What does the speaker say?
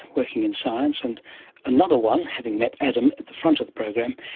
working in science, and another one, having met adam at the front of the program,